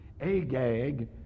Agag